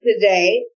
Today